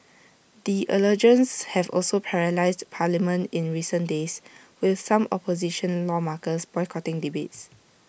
the allegations have also paralysed parliament in recent days with some opposition lawmakers boycotting debates